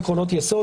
עקרונות יסוד,